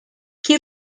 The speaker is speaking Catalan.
qui